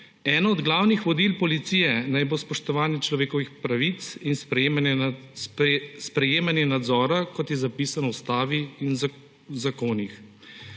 Eno od glavnih vodil policije naj bo spoštovanje človekovih pravic in sprejemanje nadzora, kot je zapisano v ustavi in zakonih.